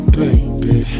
baby